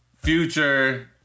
Future